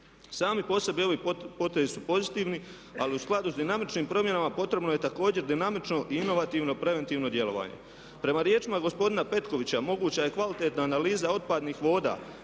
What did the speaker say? Sami po sebi ovi potezi su pozitivni ali u skladu s dinamičnim promjenama potrebno je također dinamično i inovativno preventivno djelovanje. Prema riječima gospodina Petkovića moguća je kvalitetna analiza otpadnih voda,